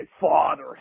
father